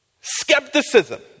skepticism